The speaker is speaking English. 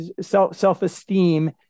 self-esteem